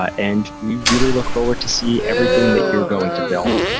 and we really look forward to see everything that you're going to build.